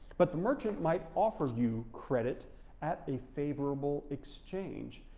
but the merchant might offer you credit at a favorable exchange.